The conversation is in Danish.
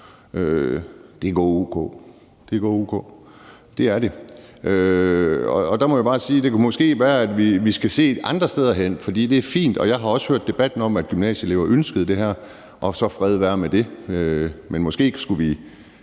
er gået o.k.; det er det. Og der må jeg bare sige, at det måske kan være, at vi skal se andre steder hen. For det er fint, og jeg har også hørt debatten om, at gymnasieelever ønskede det her, og så fred være med det, men måske skulle vi